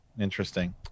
Interesting